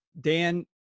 Dan